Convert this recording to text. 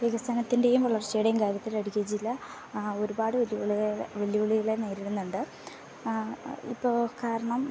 വികസനത്തിൻ്റെയും വളർച്ചയുടെയും കാര്യത്തിൽ ഇടുക്കി ജില്ല ആ ഒരുപാട് വെല്ലുവിളികൾ വെല്ലുവിളികൾ നേരിടുന്നുണ്ട് ആ ഇപ്പോൾ കാരണം